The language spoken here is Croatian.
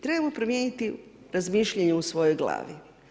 Trebamo promijeniti razmišljanje u svojoj glavi.